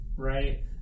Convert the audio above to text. Right